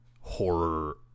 horror